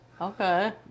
Okay